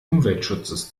umweltschutzes